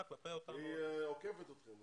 יוליה עוקפת אתכם.